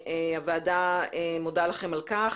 והוועדה מודה לכם על כך.